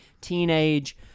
teenage